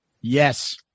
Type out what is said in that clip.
Yes